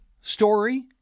story